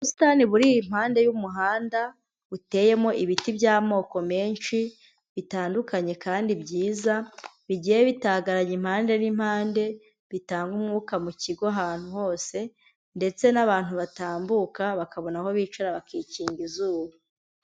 Ubusitani buri impande y'umuhanda buteyemo ibiti by'amoko menshi bitandukanye kandi byiza, bigiye bitagaranye impande n'impande, bitanga umwuka mu kigo ahantu hose ndetse n'abantu batambuka bakabona aho bicara bakinga izuba.